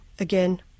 again